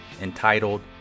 entitled